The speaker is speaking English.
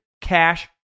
Cash